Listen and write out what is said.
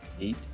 Eight